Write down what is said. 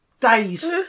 days